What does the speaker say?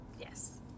Yes